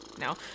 no